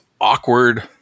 awkward